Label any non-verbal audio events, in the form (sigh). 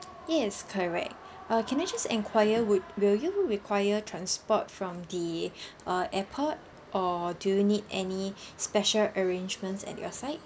yes correct uh can I just enquire would will you require transport from the (breath) uh airport or do you need any special arrangements at your side